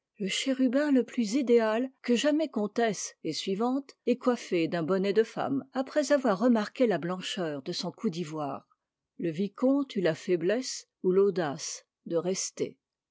le chérubin le plus idéal que jamais comtesse et suivante aient coiffé d'un bonnet de femme après avoir remarqué la blancheur de son cou d'ivoire le vicomte eut la faiblesse ou l'audace de rester